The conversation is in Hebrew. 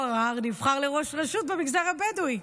עראר נבחר לראש רשות במגזר הבדואי?